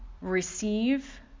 receive